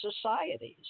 societies